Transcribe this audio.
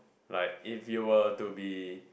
like if you were to be